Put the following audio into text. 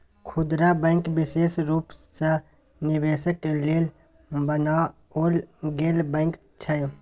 खुदरा बैंक विशेष रूप सँ निवेशक लेल बनाओल गेल बैंक छै